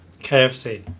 KFC